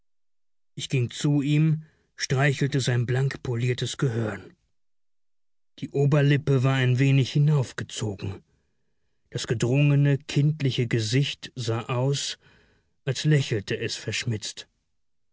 ich ging zu ihm streichelte sein blankpoliertes gehörn die oberlippe war ein wenig hinaufgezogen das gedrungene kindliche gesicht sah aus als lächelte es verschmitzt